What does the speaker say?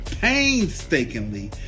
painstakingly